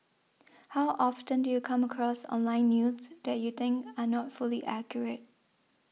how often do you come across online news that you think are not fully accurate